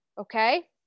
okay